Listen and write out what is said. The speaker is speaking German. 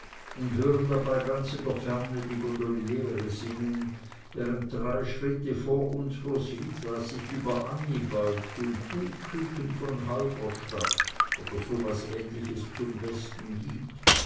und hören dabei ganz in der ferne die gondoliere singen während drei schritt von uns roswitha sich über annie beugt und buhküken von halberstadt oder so was ähnliches zum besten gibt